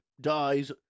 dies